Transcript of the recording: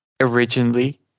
originally